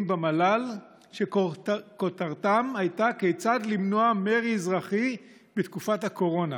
במל"ל שכותרתם הייתה: כיצד למנוע מרי אזרחי בתקופת הקורונה